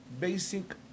basic